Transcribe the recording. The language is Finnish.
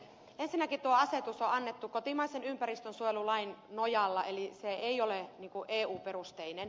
ensinnäkin tuo asetus on annettu kotimaisen ympäristönsuojelulain nojalla eli se ei ole eu perusteinen